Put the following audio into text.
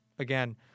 again